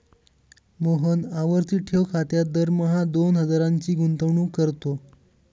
मोहन आवर्ती ठेव खात्यात दरमहा दोन हजारांची गुंतवणूक करतो